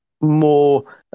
more